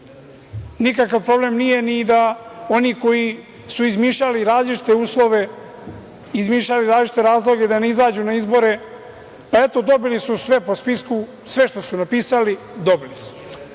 crtu. Nikakav problem nije ni da oni koji su izmišljali različite uslove, izmišljali različite razloge da ne izađu na izbore, pa eto, dobili su sve po spisku, sve što su napisali, dobili su.